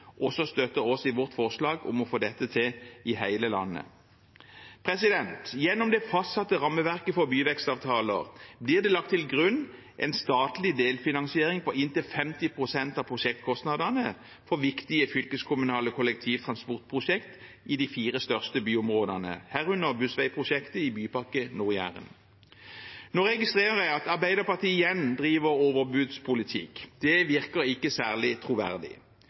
også støtter oss i vårt forslag om å få dette til i hele landet. Gjennom det fastsatte rammeverket for byvekstavtaler blir det lagt til grunn en statlig delfinansiering på inntil 50 pst. av prosjektkostnadene på viktige fylkeskommunale kollektivtransportprosjekt i de fire største byområdene, herunder bussveiprosjektet i Bymiljøpakke Nord-Jæren. Nå registrerer jeg at Arbeiderpartiet igjen driver overbudspolitikk. Det virker ikke særlig troverdig.